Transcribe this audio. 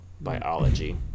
biology